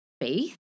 faith